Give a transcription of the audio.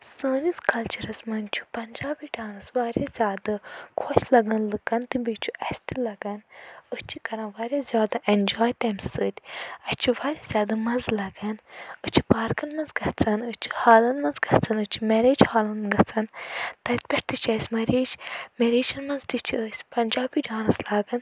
سٲنِس کَلچَرَس مَنٛز چھُ پنٛجابی ڈانٕس واریاہ زیادٕ خۄش لگَان لوٗکَن تہٕ بیٚیہِ چھُ اسہِ تہِ لَگَان أسۍ چھِ کران واریاہ زیادٕ ایٚنجواے تَمہِ سۭتۍ اسہِ چھُ واریاہ زیادٕ مَزٕ لگَان أسۍ چھِ پارکَن مَنٛز گَژھان أسۍ چھِ ہالن مَنٛز گَژھان أسۍ چھِ میریج ہالَن منٛز گَژھان تتہِ پٮ۪ٹھ تہِ چھِ اسہِ میریج میریجَن مَنٛز تہِ چھِ أسۍ پنٛجابی ڈانٕس لاگان